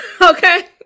Okay